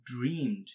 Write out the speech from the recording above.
dreamed